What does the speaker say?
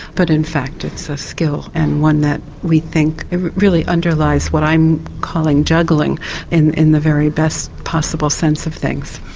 but in fact it's a skill and one that we think really underlies what i'm calling juggling in in the very best possible sense of things.